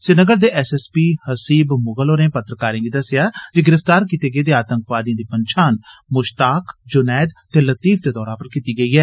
श्रीनगर दे S S P Haseeb Mughal होरें पत्रकारें गी दस्सेआ जे गिरफ्तार कीते गेदे आतंकवादिएं दी पन्छान मुश्ताक जुनैद ते लतीफ दे तौर उप्पर कीती गेई ऐ